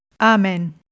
Amen